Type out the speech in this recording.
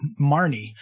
Marnie